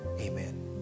amen